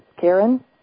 Karen